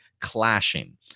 clashing